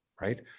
right